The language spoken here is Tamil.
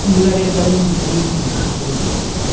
முன்னாடியே தலைமை ஆசிரியர் பேசினாரா சேரிங்க சார்